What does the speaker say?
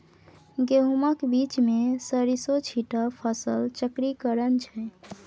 गहुमक बीचमे सरिसों छीटब फसल चक्रीकरण छै